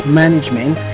management